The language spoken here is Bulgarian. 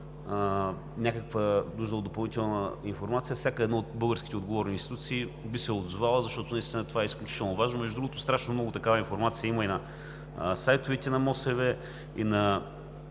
някаква нужда от допълнителна информация, всяка една от българските отговорни институции би се отзовала, защото наистина това е изключително важно. Между другото, има страшно много такава информация и на сайтовете на МОСВ, и на